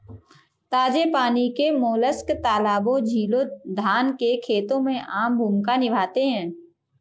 ताजे पानी के मोलस्क तालाबों, झीलों, धान के खेतों में आम भूमिका निभाते हैं